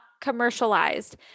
commercialized